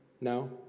No